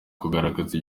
kugaragaza